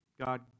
God